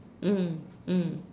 mm mm